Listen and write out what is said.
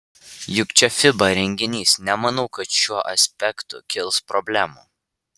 juk čia fiba renginys nemanau kad šiuo aspektu kils problemų